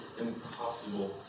impossible